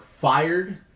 fired